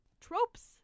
tropes